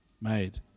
made